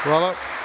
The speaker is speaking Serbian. Hvala.